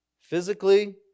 Physically